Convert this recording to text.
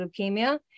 leukemia